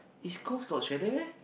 East-Coast got chalet meh